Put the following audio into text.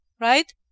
right